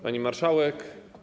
Pani Marszałek!